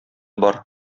бар